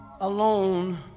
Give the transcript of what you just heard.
alone